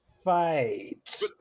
fight